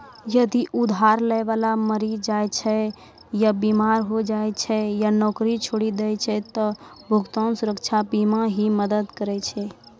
जदि उधार लै बाला मरि जाय छै या बीमार होय जाय छै या नौकरी छोड़ि दै छै त भुगतान सुरक्षा बीमा ही मदद करै छै